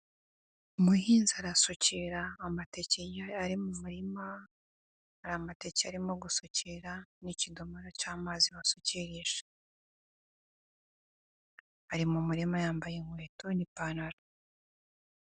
Umuhinzi arasukira amateke ye ari mu murima hari amateke arimo gusukira n'ikidomoro cy'amazi basukirisha, ari mu murima yambaye inkweto n'ipantaro.